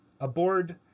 aboard